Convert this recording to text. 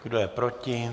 Kdo je proti?